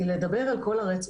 היא לדבר על כל הרצף.